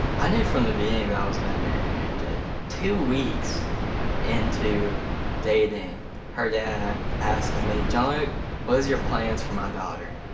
i knew from the beginning that i was gonna marry mary kate. two weeks into dating her dad asked me, john luke, what is your plans for my daughter?